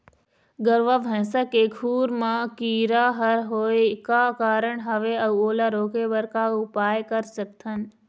गरवा भैंसा के खुर मा कीरा हर होय का कारण हवए अऊ ओला रोके बर का उपाय कर सकथन?